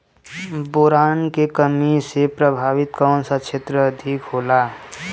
Boron के कमी से प्रभावित कौन सा क्षेत्र अधिक होला?